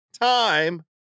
time